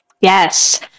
Yes